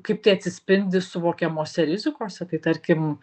kaip tai atsispindi suvokiamose rizikose tai tarkim